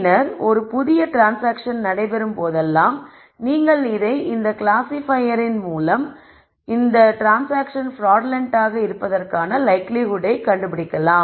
பின்னர் ஒரு புதிய ட்ரான்ஸ்சாங்க்ஷன் நடைபெறும் போதெல்லாம் நீங்கள் இதை இந்த கிளாஸிபையரின் மூலம் பின்னர் இந்த ட்ரான்ஸ்சாங்க்ஷன் பிராடுலண்ட் ஆக இருப்பதற்கான லைக்லிஹுட்டை கண்டுபிடிக்கலாம்